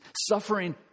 Suffering